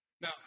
Now